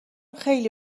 خیلی